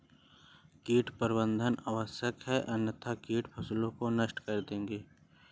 कीट प्रबंधन आवश्यक है अन्यथा कीट फसलों को नष्ट कर देंगे